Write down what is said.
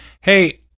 hey